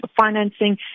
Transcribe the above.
financing